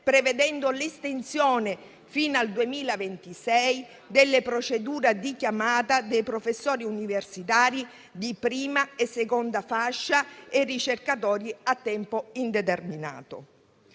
prevedendo l'estensione fino al 2026 delle procedure di chiamata dei professori universitari di prima e seconda fascia e dei ricercatori a tempo indeterminato.